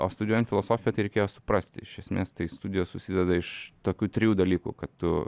o studijuojant filosofiją tai reikėjo suprasti iš esmės tai studijos susideda iš tokių trijų dalykų kad tu